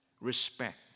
respect